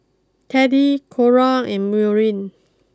Teddie Cora and Maureen